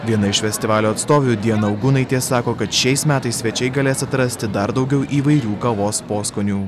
viena iš festivalio atstovių diana augūnaitė sako kad šiais metais svečiai galės atrasti dar daugiau įvairių kavos poskonių